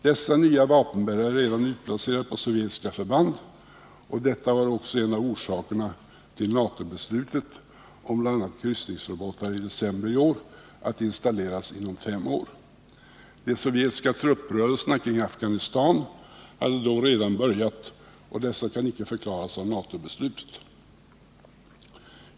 Dessa nya vapenbärare är redan utplacerade på sovjetiska förband, och detta var också en av orsakerna till NATO-beslutet i december förra året om bl.a. kryssningsrobotar att installeras inom fem år. De sovjetiska trupprörelserna kring Afghanistan hade då redan börjat, och dessa kan alltså icke förklaras av NATO-beslutet.